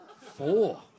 Four